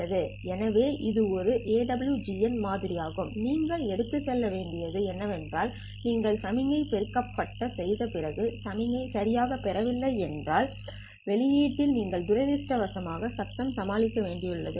எனவே இது ஒரு AWGN மாதிரி ஆகும் நீங்கள் எடுத்துச் செல்ல வேண்டியது என்னவென்றால் நீங்கள் சமிக்ஞை பெருக்கப்பட்டது செய்த பிறகு சமிக்ஞை சரியாகப் பெறவில்லை என்றால் வெளியீடு இல் நீங்கள் துரதிர்ஷ்டவசமாக சத்தம் சமாளிக்க வேண்டி உள்ளது